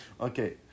okay